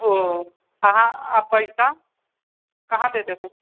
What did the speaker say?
ओ अहाँ आ पैसा कहाँ दे देबू